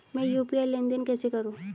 मैं यू.पी.आई लेनदेन कैसे करूँ?